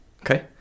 Okay